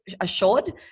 assured